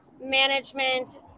Management